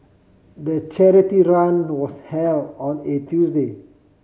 the charity run was held on a Tuesday